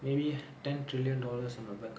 maybe ten trillion dollars in my bank account